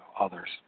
others